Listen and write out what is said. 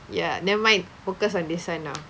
ya never mind focus on this one now